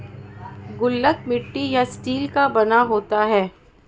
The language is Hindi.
गुल्लक मिट्टी या स्टील का बना होता है